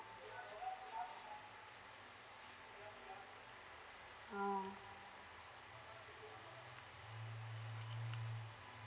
oh